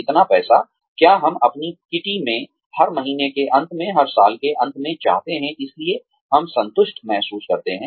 कितना पैसा क्या हम अपनी किटी में हर महीने के अंत में हर साल के अंत में चाहते हैं इसलिए हम संतुष्ट महसूस करते हैं